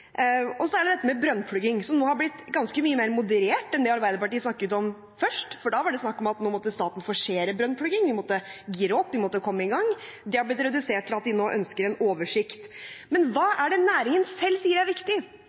Så er det dette med brønnplugging, og synet på det er blitt mye mer moderat enn det som Arbeiderpartiet snakket om tidligere. Da var det snakk om at staten måtte forsere brønnplugging, at man måtte gire opp og komme i gang. Det har blitt redusert til at de nå ønsker en oversikt. Men hva er det næringen selv sier er viktig?